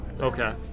Okay